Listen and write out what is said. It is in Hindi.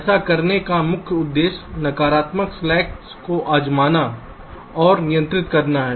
ऐसा करने का मुख्य उद्देश्य नकारात्मक स्लैक्स को आज़माना और नियंत्रित करना है